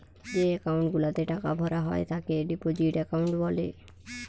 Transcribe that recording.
যেই একাউন্ট গুলাতে টাকা ভরা হয় তাকে ডিপোজিট একাউন্ট বলে